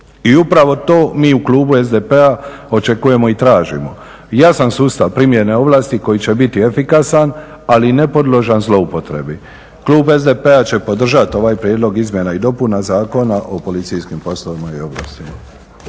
I upravo to mi u klubu SDP-a očekujemo i tražimo. Jasan sustav primjene ovlasti koji će biti efikasan, ali ne podložan zloupotrebi. Klub SDP-a će podržati ovaj prijedlog izmjena i dopuna Zakona o policijskim poslovima i ovlastima.